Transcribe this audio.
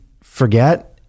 forget